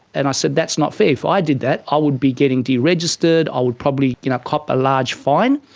and i said that's not fair, if i did that i would be getting de-registered and i would probably you know cop a large fine.